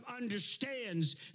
understands